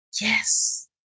Yes